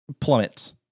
plummets